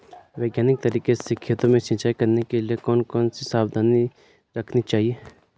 वैज्ञानिक तरीके से खेतों में सिंचाई करने के लिए कौन कौन सी सावधानी रखनी चाहिए?